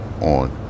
on